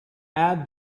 add